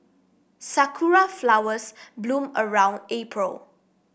sakura flowers bloom around April